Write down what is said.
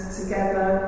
together